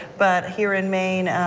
but here in maine,